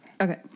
Okay